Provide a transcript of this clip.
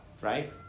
right